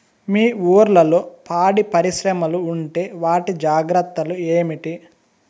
మీ ఊర్లలో పాడి పరిశ్రమలు ఉంటే వాటి జాగ్రత్తలు ఏమిటి